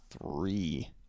three